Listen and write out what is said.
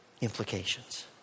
implications